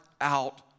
out